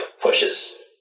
pushes